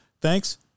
Thanks